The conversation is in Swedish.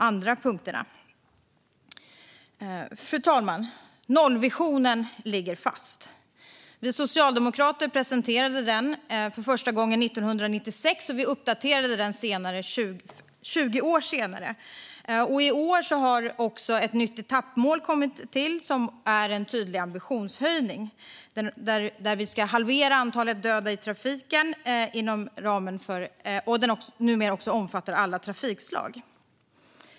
Fru talman! Nollvisionen ligger fast. Vi socialdemokrater presenterade den för första gången 1996, och vi uppdaterade den 20 år senare. I år har ett nytt etappmål kommit till som är en tydlig ambitionshöjning. Det innebär att vi ska halvera antalet döda i trafiken, och detta etappmål omfattar alla trafikslag.